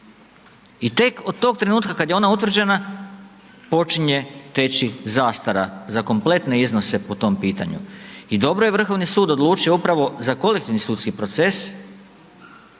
i tek od tog trenutka kada je ona utvrđena, počinje teći zastara za kompletne iznose po tom pitanju. I dobro je Vrhovni sud, odlučio upravo za kolektivni sudski proces,